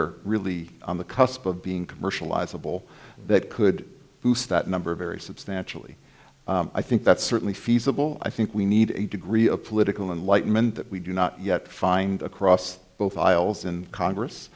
are really on the cusp of being commercialize a bill that could use that number very substantially i think that's certainly feasible i think we need a degree of political and light meant that we do not yet find across both aisles in congress